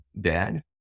dad